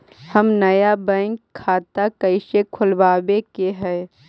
हम नया बैंक खाता कैसे खोलबाबे के है?